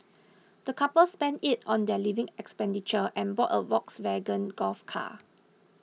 the couple spent it on their living expenditure and bought a Volkswagen Golf car